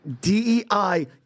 DEI